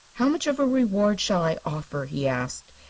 how much of a reward shall i offer? he asked.